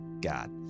God